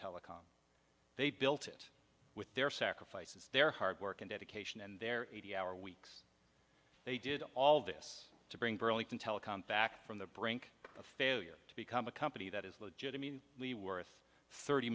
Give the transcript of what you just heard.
telecom they built it with their sacrifices their hard work and dedication and their eighty hour weeks they did all of this to bring burlington telecom back from the brink of failure to become a company that is legitimate worth thirty